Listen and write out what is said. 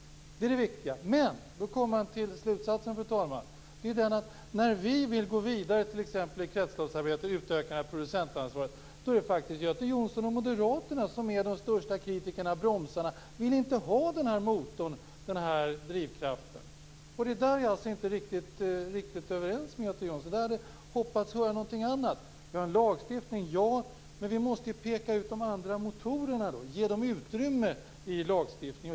Det är det viktiga. Sedan kommer man till slutsatsen, fru talman. Den är att när vi vill gå vidare i t.ex. kretsloppsarbetet och utöka producentansvaret är det faktiskt Göte Jonsson och Moderaterna som är de största kritikerna och bromsarna. Ni vill inte ha den här drivkraften. Där är jag alltså inte riktigt överens med Göte Jonsson. Jag hade hoppats få höra någonting annat. Det är riktigt att vi har en lagstiftning, men vi måste ju peka ut de andra motorerna och ge dem utrymme i lagstiftningen.